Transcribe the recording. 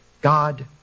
God